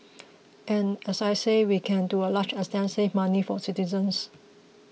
and as I said we can to a large extent save money for citizens